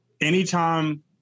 anytime